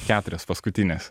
keturios paskutinės